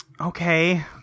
Okay